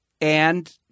and-